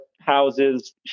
houses